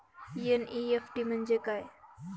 NEFT म्हणजे काय?